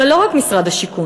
אבל לא רק משרד השיכון.